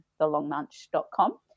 thelongmunch.com